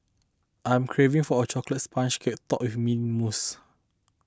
I am craving for a Chocolate Sponge Cake Topped with Mint Mousse